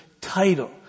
title